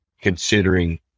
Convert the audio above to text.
considering